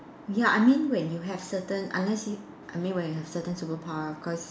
ya I mean when you have certain unless you I mean when you have certain superpower of course